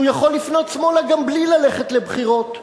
יכול לפנות שמאלה גם בלי ללכת לבחירות,